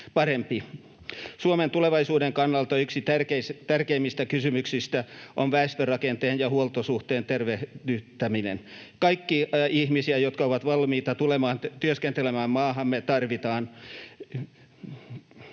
Suomen tulevaisuuden kannalta yksi tärkeimmistä kysymyksistä on väestörakenteen ja huoltosuhteen tervehdyttäminen. Kaikkia ihmisiä, jotka ovat valmiita tulemaan työskentelemään maahamme, tarvitaan.